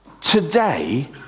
today